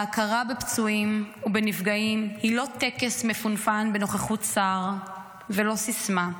ההכרה בפצועים ובנפגעים היא לא טקס מפונפן בנוכחות שר ולא סיסמה.